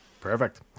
Perfect